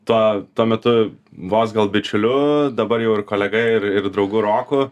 tuo tuo metu vos gal bičiuliu dabar jau ir kolega ir ir draugu roku